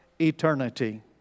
eternity